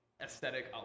aesthetic